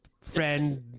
friend